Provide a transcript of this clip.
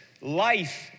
life